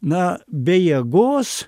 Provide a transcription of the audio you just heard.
na be jėgos